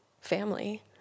family